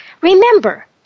Remember